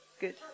Good